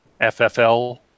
FFL